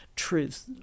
truth